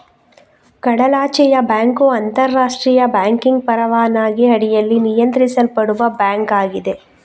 ಕಡಲಾಚೆಯ ಬ್ಯಾಂಕ್ ಅಂತರಾಷ್ಟ್ರೀಯ ಬ್ಯಾಂಕಿಂಗ್ ಪರವಾನಗಿ ಅಡಿಯಲ್ಲಿ ನಿಯಂತ್ರಿಸಲ್ಪಡುವ ಬ್ಯಾಂಕ್ ಆಗಿದೆ